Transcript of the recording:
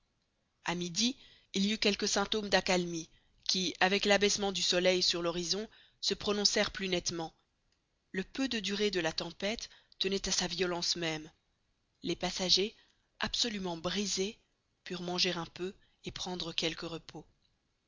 a midi il y eut quelques symptômes d'accalmie qui avec l'abaissement du soleil sur l'horizon se prononcèrent plus nettement le peu de durée de la tempête tenait à sa violence même les passagers absolument brisés purent manger un peu et prendre quelque repos